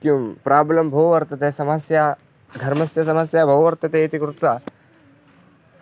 किं प्राब्लं बहु वर्तते समस्या धर्मस्य समस्या बहु वर्तते इति कृत्वा